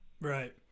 Right